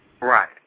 Right